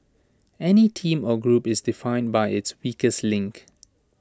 any team or group is defined by its weakest link